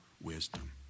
wisdom